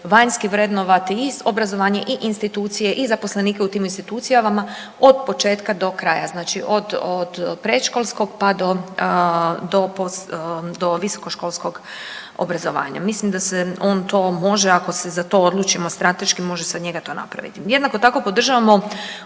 vanjski vrednovati i obrazovanje i institucije i zaposlenike u tim institucijama od početka do kraja. Znači od, od predškolskog pa do, do visokoškolskog obrazovanja. Mislim da se on to može ako se za to odlučimo strateški može se od njega to napraviti. Jednako tako podržavamo